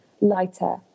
lighter